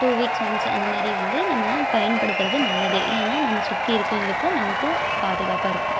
two weeks once அந்த மாதிரி வந்து நம்ம பயன்படுத்துவது நல்லது ஏன்னால் நம்ம சுற்றி இருக்கிறவங்களுக்கு நமக்கும் பாதுகாப்பாக இருக்கும்